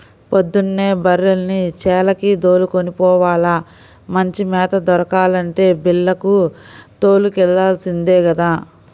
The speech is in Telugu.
పొద్దున్నే బర్రెల్ని చేలకి దోలుకొని పోవాల, మంచి మేత దొరకాలంటే బీల్లకు తోలుకెల్లాల్సిందే గదా